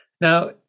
Now